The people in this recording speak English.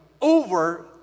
over